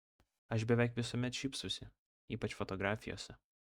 aš beveik visuomet šypsausi ypač fotografijose